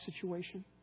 situation